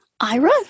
Ira